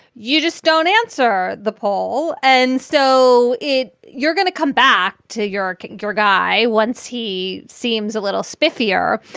you just don't answer the poll. and so it you're going to come back to your your guy once he seems a little spicier.